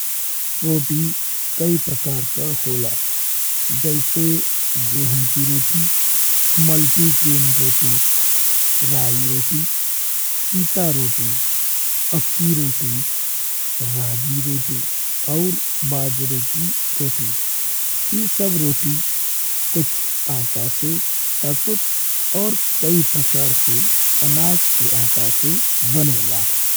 रोटी कई प्रकार का होला जैसे गेहूँ की रोटी, मल्टी ग्रेन रोटी, राई रोटी, पीटा रोटी, अक्की रोटी, रागी रोटी और बाजरे की रोटी। ई सब रोटी कुछ आटा से त कुछ और कई प्रकार के अनाज के आटा से बनेला।